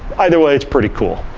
either way, it's pretty cool.